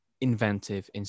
inventive